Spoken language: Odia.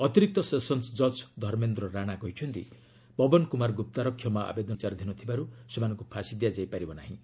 ଅତିରିକ୍ତ ସେସନ୍ ଜଜ୍ ଧର୍ମେନ୍ଦ୍ର ରାଣା କହିଛନ୍ତି ପବନ କୁମାର ଗୁପ୍ତାର କ୍ଷମା ଆବେଦନ ବିଚାରଧୀନ ଥିବାରୁ ସେମାନଙ୍କୁ ଫାଶି ଦିଆଯାଇ ପାରିବ ନାହିଁ